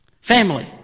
Family